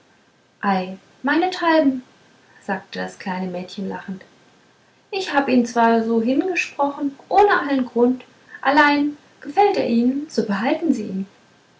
ei meinethalben sagte das kleine mädchen lachend ich hab ihn zwar so hingesprochen ohne allen grund allein gefällt er ihnen so behalten sie ihn